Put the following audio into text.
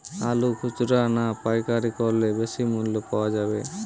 আলু খুচরা না পাইকারি করলে বেশি মূল্য পাওয়া যাবে?